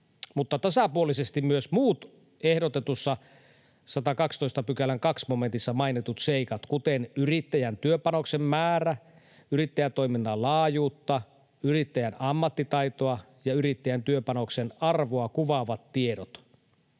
tasapuolisesti myös muut ehdotetussa 112 §:n 2 momentissa mainitut seikat, kuten yrittäjän työpanoksen määrä, yrittäjätoiminnan laajuutta, yrittäjän ammattitaitoa ja yrittäjän työpanoksen arvoa kuvaavat tiedot.